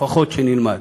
לפחות שנלמד.